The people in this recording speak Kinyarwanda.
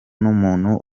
n’umuntu